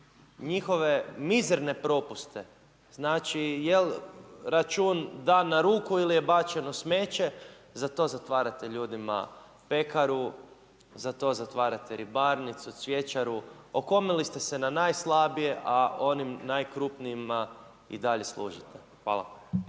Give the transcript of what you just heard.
njihove mizerne propuste, znači jel račun dan na ruku ili je bačen u smeće, za to zatvarate ljudima pekaru, za to zatvarate ribarnicu, cvjećaru, okomili ste se na najslabije, a onim najkrupnijima i dalje služite. Hvala.